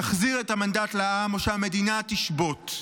תחזיר את המנדט לעם או שהמדינה תשבות.